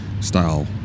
style